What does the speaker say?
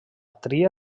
tria